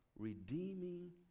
redeeming